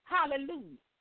Hallelujah